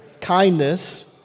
Kindness